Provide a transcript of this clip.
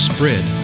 Spread